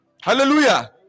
Hallelujah